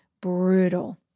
brutal